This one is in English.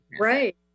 Right